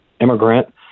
immigrant